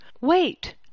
Wait